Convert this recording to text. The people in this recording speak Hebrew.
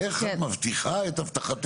איך את מבטיחה את הבטחתך?